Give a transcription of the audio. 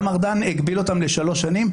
גם ארדן הגביל אותן לשלוש שנים.